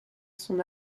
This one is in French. son